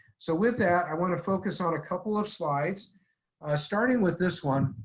so with that, i wanna focus on a couple of slides starting with this one,